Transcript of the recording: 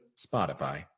Spotify